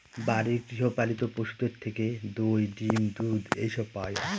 বাড়ির গৃহ পালিত পশুদের থেকে দই, ডিম, দুধ এসব পাওয়া যায়